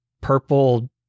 purple